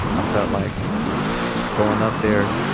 i felt like going up there